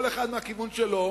כל אחד מהכיוון שלו,